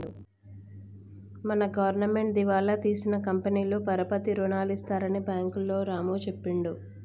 మన గవర్నమెంటు దివాలా తీసిన కంపెనీలకు పరపతి రుణాలు ఇస్తారని బ్యాంకులు రాము చెప్పిండు